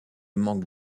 manque